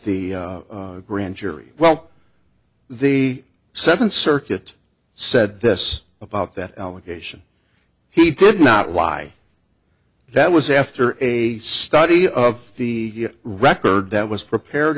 the grand jury well the seventh circuit said this about that allegation he did not lie that was after a study of the record that was prepared